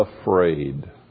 afraid